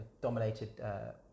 dominated